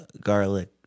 garlic